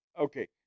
okay